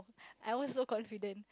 I was so confident